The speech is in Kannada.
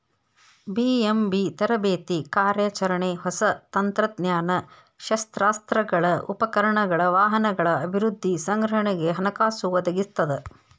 ಬಿ.ಎಂ.ಬಿ ತರಬೇತಿ ಕಾರ್ಯಾಚರಣೆ ಹೊಸ ತಂತ್ರಜ್ಞಾನ ಶಸ್ತ್ರಾಸ್ತ್ರಗಳ ಉಪಕರಣಗಳ ವಾಹನಗಳ ಅಭಿವೃದ್ಧಿ ಸಂಗ್ರಹಣೆಗೆ ಹಣಕಾಸು ಒದಗಿಸ್ತದ